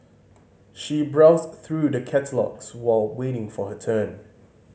she browsed through the catalogues while waiting for her turn